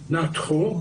נאתכו,